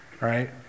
right